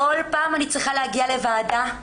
כל פעם אני צריכה להגיע לוועדה.